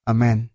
Amen